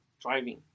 driving